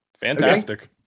Fantastic